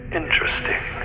interesting